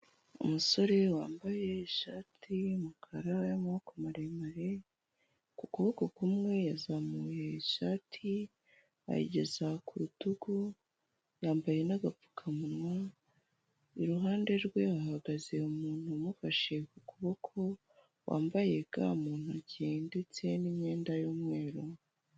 Umusore wambaye ishati y'umukara n'amaboko maremare, ku kuboko kumwe yazamuye ishati ayigeza ku rutugu, yambaye n'agapfukamunwa iruhande rwe hahagaze umuntu wamufashe ku kuboko ,wambaye ga mu ntoki ndetse n'imyenda y'umweru.